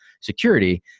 security